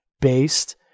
based